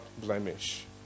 blemish